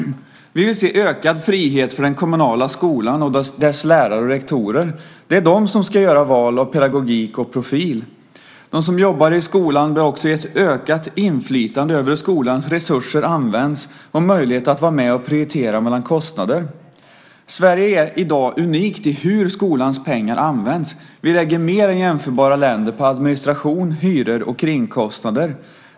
Vi vill se ökad frihet för den kommunala skolan och dess lärare och rektorer. Det är de som ska göra val av pedagogik och profil. De som jobbar i skolan bör också ges ökat inflytande över hur skolans resurser används och en möjlighet att vara med och prioritera mellan kostnader. Sverige är i dag unikt i hur skolans pengar används. Vi lägger mer än jämförbara länder på administration, hyror och kringkostnader.